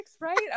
right